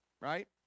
right